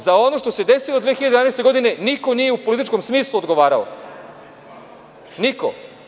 Za ono što se desilo 2011. godine niko nije u političkom smislu odgovarao, niko.